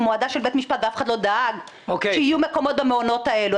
להודעה של בית משפט ואף אחד לא דאג שיהיו מקומות במעונות האלו.